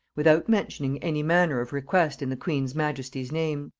without mentioning any manner of request in the queen's majesty's name.